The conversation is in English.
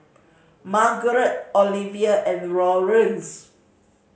Margarette Oliva and Lawrence